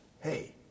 hey